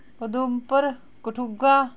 Udhampur Kathua